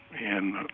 and